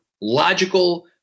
logical